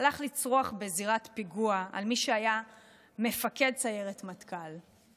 הלך לצרוח בזירת פיגוע על מי שהיה מפקד סיירת מטכ"ל.